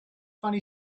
funny